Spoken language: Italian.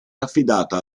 affidata